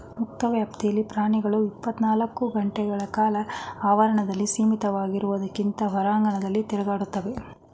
ಮುಕ್ತ ವ್ಯಾಪ್ತಿಲಿ ಪ್ರಾಣಿಗಳು ಇಪ್ಪತ್ನಾಲ್ಕು ಗಂಟೆಕಾಲ ಆವರಣದಲ್ಲಿ ಸೀಮಿತವಾಗಿರೋದ್ಕಿಂತ ಹೊರಾಂಗಣದಲ್ಲಿ ತಿರುಗಾಡ್ತವೆ